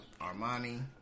Armani